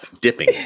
dipping